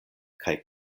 kaj